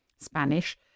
Spanish